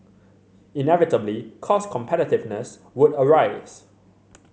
inevitably cost competitiveness would arise